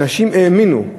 אנשים האמינו,